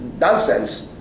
nonsense